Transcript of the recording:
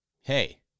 Hey